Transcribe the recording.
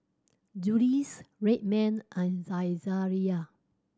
Julie's Red Man and Saizeriya